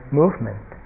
movement